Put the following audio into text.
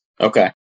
Okay